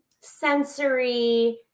sensory